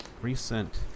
recent